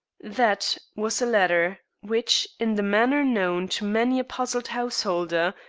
that was a letter, which, in the manner known to many a puzzled householder,